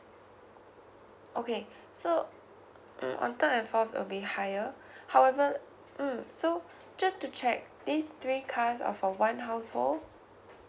okay so mm on third and fourth will be higher however mm so just to check these three cars are for one household